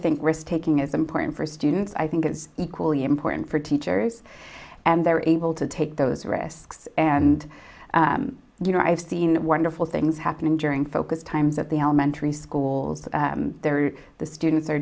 think risk taking is important for students i think it's equally important for teachers and they're able to take those risks and you know i've seen wonderful things happening during focus times at the elementary schools the students are